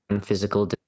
physical